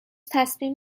تصمیم